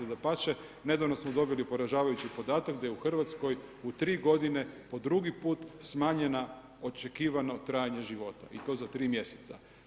Dapače, nedavno smo dobili poražavajući podatak da je u Hrvatskoj u 3 godine po drugi put smanjena očekivano trajanje života i to za 3 mjeseca.